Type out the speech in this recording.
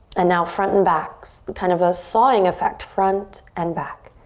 and now front and back. kind of a sawing effect. front and back.